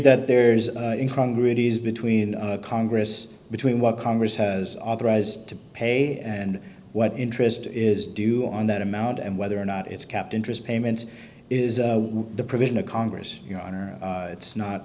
that there is in congress he's between congress between what congress has authorized to pay and what interest is due on that amount and whether or not it's kept interest payments is the provision of congress your honor it's not